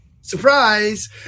Surprise